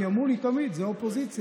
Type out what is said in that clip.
כי אמרו לי תמיד: זה אופוזיציה,